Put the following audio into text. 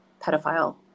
pedophile